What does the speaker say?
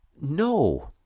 No